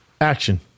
action